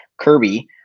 Kirby